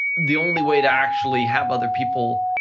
the only way to actually have other people